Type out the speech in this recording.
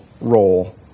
role